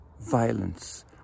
violence